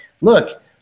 look